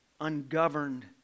ungoverned